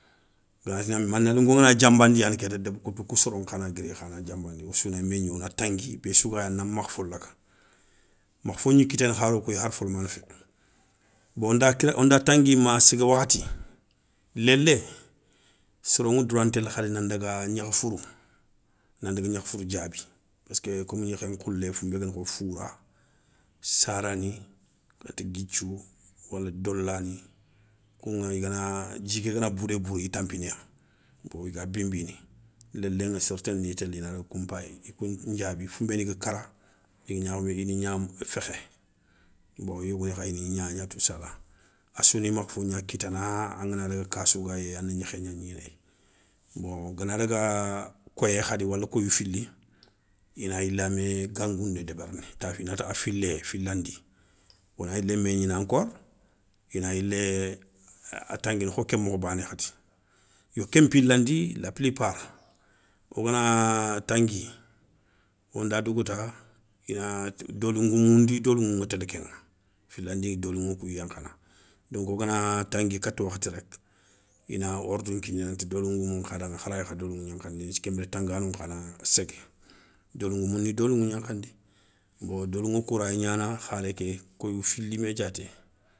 I ganati na, manayeliko ngana djambandi yani kéta debou koutou kou soro nkha na guiri i khana dianbandi wossou na mé gni wona tangi. Bé sou gay a na makhfo laga. Makha fo gni kite kharo kouya hari folo maane fe. Bon onda tangi ma segue wakhati. Lélé soro ŋa douran télé nan daga gnékhé fourou, nan daga gnékhé fourou diaby péskeu, komi gnékhé nkhoulé founbé guéni kho foura, sarani, kati guithiou, wala dolani kouŋa, igana dji ké gana boudé bourou i tanpiniya, i ga binbini, léléŋa séré tani télé i nadaga koun payi koun diabi, founbéni ga kara, i ni gna fékhé bon i yogoni kha i ni gnagna toussala, assouni makhafo gna kittana angana daga kassou gayé a na gnékhé gna gninéyi bon, gana daga, koyé khadi wala koyou fili, ina yila mé gangoundé débérini ta fil, inati a filéyé filandi, wona yilé mé gnini encore. ina yilé a tanguini kho ké mokho bané khadi yo ken pilandi, la plupart ogana tangui onda dougouta, ina dolin goumou ndi doliŋou ŋa télé kéŋa. filandi doliŋou kou yankhana, donc ogana tangui kata wakhati rek, ina orde nkini nanti dolingoumou nkha daŋa kha raya kha doliŋou gnakhandini. Kén biré tangano nkhana ségué. Dolingoumou ni doliŋou gnankhandi bon, doliŋou kou raya gnana kharé ké koyi fili mé diaté.